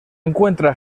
encuentra